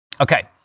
Okay